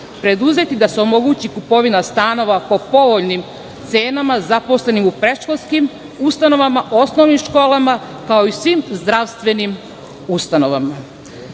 preduzeti da se omogući kupovina stanova po povoljnim cenama zaposlenima u predškolskim ustanovama, osnovnim školama, kao i svim zdravstvenim ustanovama? Država